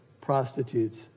prostitutes